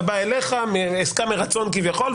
הוא בא אליך בעסקה מרצון כביכול,